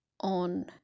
on